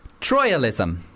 Troyalism